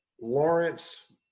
Lawrence